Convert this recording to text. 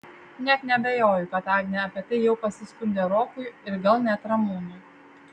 net neabejoju kad agnė apie tai jau pasiskundė rokui ir gal net ramūnui